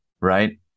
right